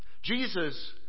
Jesus